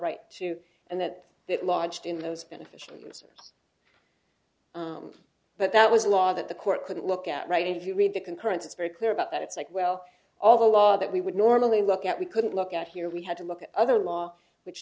right to and that it lodged in those beneficial users but that was a law that the court could look at right if you read the concurrence it's very clear about that it's like well all the law that we would normally look at we couldn't look at here we had to look at other law which